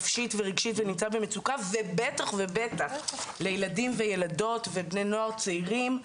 רגשית ונפשית ונמצא במצוקה ובטח ובטח לילדים וילדות ובני נוער צעירים.